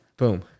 Boom